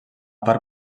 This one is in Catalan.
part